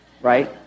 right